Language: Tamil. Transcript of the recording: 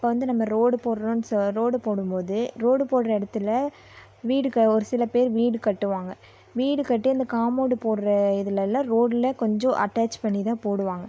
அப்போ வந்து நம்ம ரோடு போடுகிறோனு சொ ரோடு போடும் போது ரோடு போடுகிற இடத்துல வீடு க ஒரு சில பேர் வீடு கட்டுவாங்க வீடு கட்டி அந்த காமௌன்ட் போடுகிற இதுலலாம் ரோட்டில் கொஞ்சம் அட்டாச் பண்ணி தான் போடுவாங்க